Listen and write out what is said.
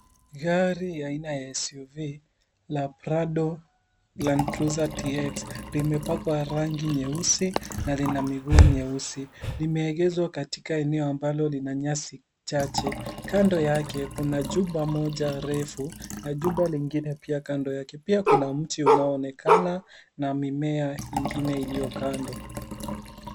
Gari ya aina ya SUV la prado landcruiser TX , limepakwa rangi nyeusi na lina miguu nyeusi. Limeegeshwa katika eneo ambalo lina nyasi chache. Kando yake, kuna jumba moja refu na jumba lingine pia kando yake. Pia kuna mti unaoonekana na mimea ingine iliyo kando.